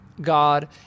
God